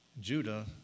Judah